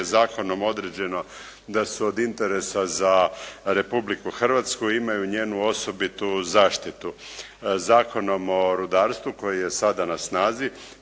zakonom određeno da su od interesa za Republiku Hrvatsku i imaju njenu osobitu zaštitu. Zakonom o rudarstvu koji je sada na snazi,